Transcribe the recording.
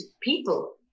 people